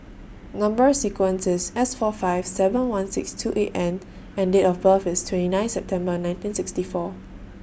Number sequence IS S four five seven one six two eight N and Date of birth IS twenty nine September nineteen sixty four